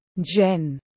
Jen